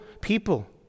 people